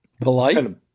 polite